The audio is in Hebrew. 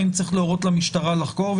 האם צריך להורות למשטרה לחקור,